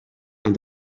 and